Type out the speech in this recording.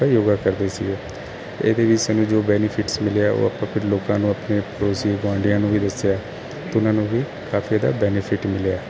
ਯੋਗਾ ਕਰਦੇ ਸੀਗੇ ਇਹਦੇ ਵੀ ਸਾਨੂੰ ਜੋ ਬੈਨੀਫਿਟਸ ਮਿਲਿਆ ਉਹ ਆਪਾਂ ਫਿਰ ਲੋਕਾਂ ਨੂੰ ਆਪਣੇ ਪੜੋਸੀ ਗੁਆਂਡੀਆਂ ਨੂੰ ਵੀ ਦੱਸਿਆ ਤੇ ਉਹਨਾਂ ਨੂੰ ਵੀ ਕਾਫੀ ਇਹਦਾ ਬੈਨੀਫਿਟ ਮਿਲਿਆ